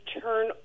turn